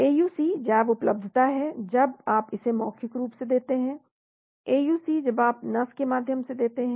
AUC जैव उपलब्धता है जब आप इसे मौखिक रूप से देते हैं AUC जब आप नस के माध्यम से देते हैं